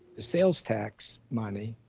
the sales tax money,